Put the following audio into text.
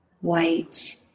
white